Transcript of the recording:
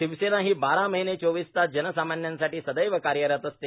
शिवसेना ही बारा महिने चोवीस तास जनसामान्यांसाठी सदैव कार्यरत असते